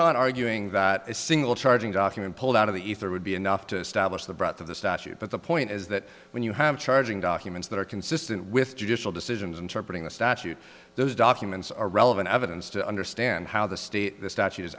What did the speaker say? not arguing that a single charging document pulled out of the ether would be enough to establish the breadth of the statute but the point is that when you have charging documents that are consistent with judicial decisions and to putting the statute those documents are relevant evidence to understand how the state the statu